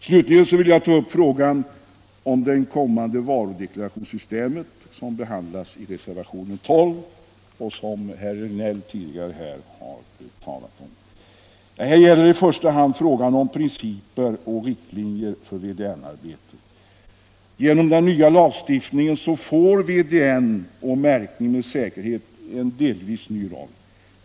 Slutligen vill jag ta upp frågan om det kommande varudeklarationssystemet, som behandlas i reservation 12 och som herr Regnéll tidigare har berört. Det gäller här i första hand frågan om principer och riktlinjer för VDN arbete. Genom den nya lagstiftningen får VDN och märkning med säkerhet en delvis ny roll.